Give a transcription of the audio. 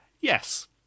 Yes